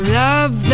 love